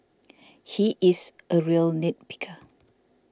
he is a real nit picker